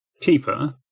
Keeper